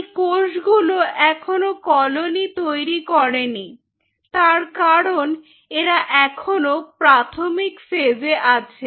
এই কোষ গুলো এখনো কলোনি তৈরি করেনি তার কারণ এরা এখনও প্রাথমিক ফেজে আছে